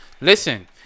Listen